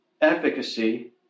efficacy